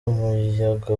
umuyaga